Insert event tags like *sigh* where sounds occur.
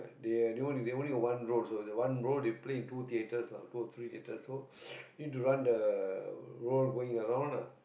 they uh they only they only got one roll also the one roll they play in two theaters lah so three theater *breath* so need to run the roll going around lah